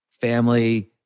family